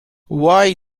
why